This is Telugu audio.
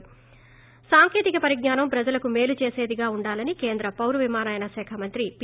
ి సాంకేతిక పరిజ్ఞానం ప్రజలకు మేలు చేసేదిగా ఉండాలని కేంద్ర పౌర విమానయాన శాఖ మంత్రి పి